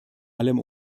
allem